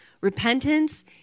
repentance